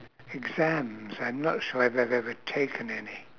exams I'm not sure if I've ever taken any